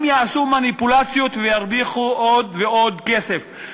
הם יעשו מניפולציות וירוויחו עוד ועוד כסף.